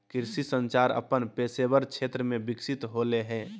कृषि संचार अपन पेशेवर क्षेत्र में विकसित होले हें